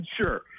Sure